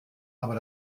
aber